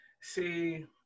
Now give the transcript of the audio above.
See